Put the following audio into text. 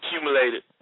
accumulated